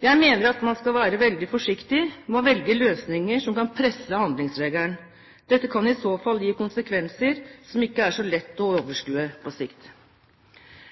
Jeg mener at man skal være veldig forsiktig med å velge løsninger som kan presse handlingsregelen. Dette kan i så fall gi konsekvenser som ikke er så lett å overskue på sikt.